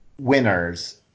winners